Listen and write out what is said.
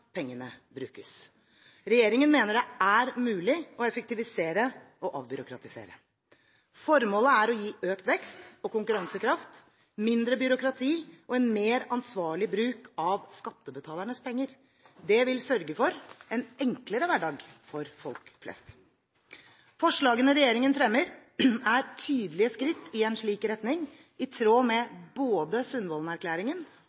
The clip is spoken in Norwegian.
pengene brukes. Regjeringen mener det er mulig å effektivisere og avbyråkratisere. Formålet er å gi økt vekst og konkurransekraft, mindre byråkrati og en mer ansvarlig bruk av skattebetalernes penger. Det vil sørge for en enklere hverdag for folk flest. Forslagene regjeringen fremmer, er tydelige skritt i en slik retning, i tråd